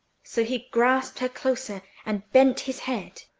so he grasped her closer, and bent his head.